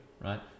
Right